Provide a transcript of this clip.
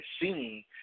seeing